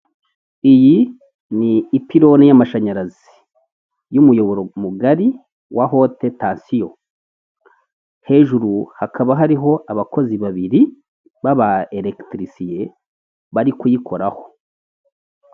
Iyi ni ipironi y'amashanyarazi y'umuyoboro mugari wa hotetansiyo. Hejuru hakaba hariho abakozi babiri b'aba elekitirisiye bari kuyikoraho.